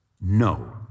no